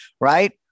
right